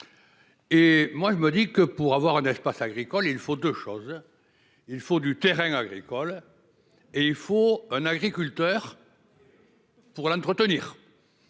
Et moi je me dis que pour avoir un espace agricole il faut 2 choses. Il faut du terrain agricole. Et il faut un agriculteur. Pour l'entretenir.